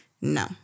no